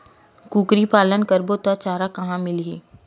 कुकरी पालन करबो त चारा कहां मिलही?